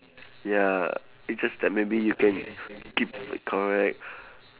ya it's just that maybe you can keep f~ correct